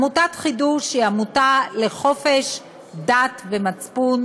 עמותת חדו"ש היא עמותה לחופש דת ומצפון